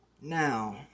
Now